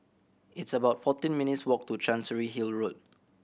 it's about fourteen minutes' walk to Chancery Hill Road